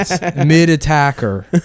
Mid-attacker